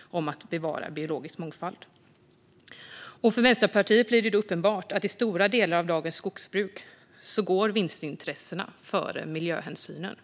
om att bevara biologisk mångfald. För Vänsterpartiet är det uppenbart att i stora delar av dagens skogsbruk går vinstintressena före miljöhänsynen.